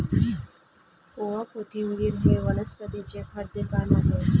ओवा, कोथिंबिर हे वनस्पतीचे खाद्य पान आहे